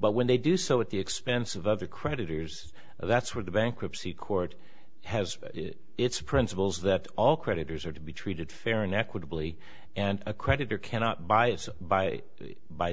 but when they do so at the expense of other creditors that's where the bankruptcy court has its principles that all creditors are to be treated fairly and equitably and a creditor cannot by its by by